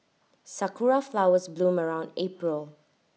Sakura Flowers bloom around April